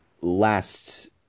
last